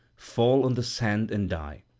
fall on the sand and die.